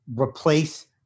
replace